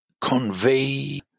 convey